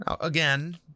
Again